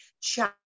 chat